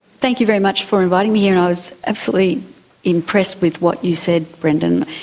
thank you very much for inviting me you know was absolutely impressed with what you said, brendon.